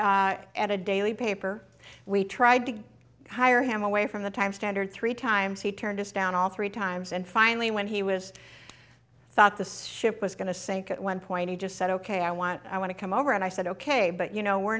trained at a daily paper we tried to hire him away from the time standard three times he turned us down all three times and finally when he was thought the strip was going to sink at one point he just said ok i want i want to come over and i said ok but you know we're